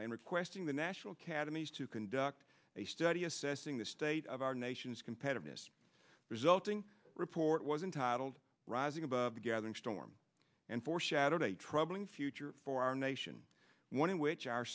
bingham and requesting the national academies to conduct a study assessing the state of our nation's competitiveness resulting report was entitled rising above the gathering storm and foreshadowed a troubling future for our nation one in which